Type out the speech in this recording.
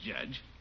Judge